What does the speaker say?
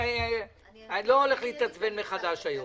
אני לא הולך להתעצבן מחדש היום.